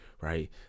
right